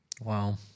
Wow